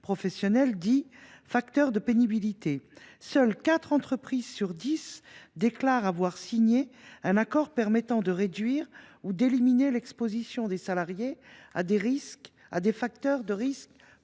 professionnel, dits facteurs de pénibilité, seules quatre entreprises sur dix déclarent avoir signé un accord permettant de réduire ou d’éliminer l’exposition des salariés à des facteurs de risques